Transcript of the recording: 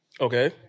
Okay